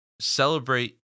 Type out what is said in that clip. celebrate